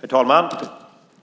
Herr talman!